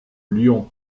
lyon